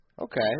Okay